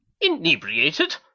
Inebriated